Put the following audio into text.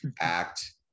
Act